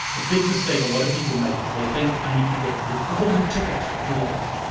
a big mistake a lot of people make is they think i need to get the golden ticket to life.